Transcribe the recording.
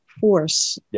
force